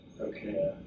Okay